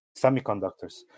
semiconductors